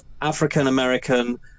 African-American